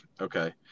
Okay